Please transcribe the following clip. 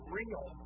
real